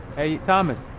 hey thomas.